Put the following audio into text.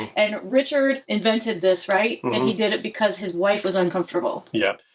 and richard invented this, right? but and he did it because his wife was uncomfortable. yeah.